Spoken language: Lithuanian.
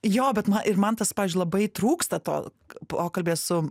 jo bet man ir man tas pavyzdžiui labai trūksta to pokalbyje su